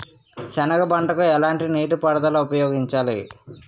సెనగ పంటకు ఎలాంటి నీటిపారుదల ఉపయోగించాలి?